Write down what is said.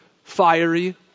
fiery